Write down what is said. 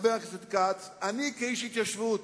חבר הכנסת כץ: אני, כאיש התיישבות,